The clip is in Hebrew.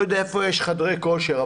לא יודע איפה יש חדרי כושר,